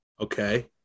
Okay